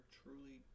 truly